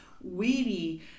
weedy